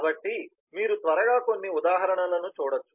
కాబట్టి మీరు త్వరగా కొన్ని ఉదాహరణలను చూడవచ్చు